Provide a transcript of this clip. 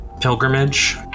pilgrimage